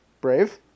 Brave